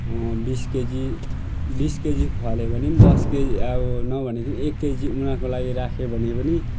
बिस केजी बिस केजी फल्यो भने पनि दस केजी अब नभनेको पनि एक केजी उनीहरूको लागि राख्यो भने पनि